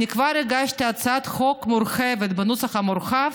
אני כבר הגשתי הצעת חוק מורחבת, בנוסח המורחב,